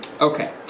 Okay